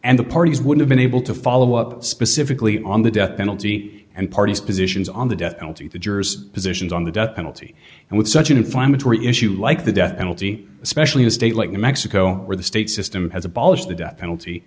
and the parties would have been able to follow up specifically on the death penalty and parties positions on the death penalty the jurors positions on the death penalty and with such an inflammatory issue like the death penalty especially in a state like new mexico where the state system has abolished the death penalty